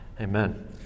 Amen